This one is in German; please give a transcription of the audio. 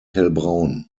hellbraun